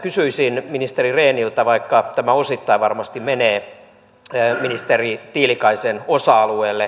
kysyisin ministeri rehniltä vaikka tämä osittain varmasti menee ministeri tiilikaisen osa alueelle